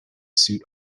suit